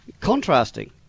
contrasting